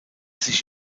sich